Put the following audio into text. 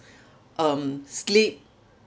um sleep